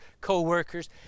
co-workers